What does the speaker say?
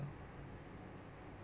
then it's 不公平 mah